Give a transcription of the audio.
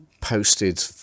posted